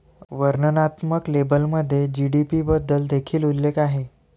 वर्णनात्मक लेबलमध्ये जी.डी.पी बद्दल देखील उल्लेख आहे